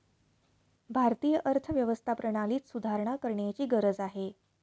भारतीय अर्थव्यवस्था प्रणालीत सुधारणा करण्याची गरज आहे